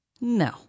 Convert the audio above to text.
No